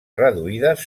reduïdes